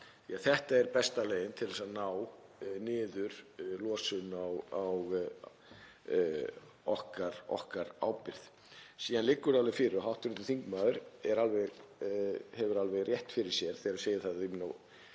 Þetta er besta leiðin til að ná niður losun á okkar ábyrgð. Síðan liggur alveg fyrir og hv. þingmaður hefur alveg rétt fyrir sér þegar hann segir að það séu ekki